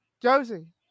Josie